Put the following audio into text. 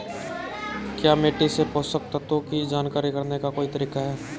क्या मिट्टी से पोषक तत्व की जांच करने का कोई तरीका है?